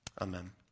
Amen